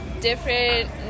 different